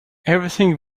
everything